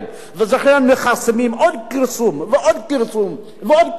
לכן הם מכרסמים עוד פרסום ועוד פרסום ועוד פרסום,